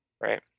Right